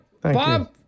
bob